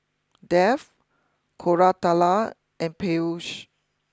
Dev Koratala and Peyush